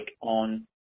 on